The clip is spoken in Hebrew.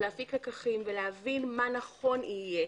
להפיק לקחים ולהבין מה נכון יהיה,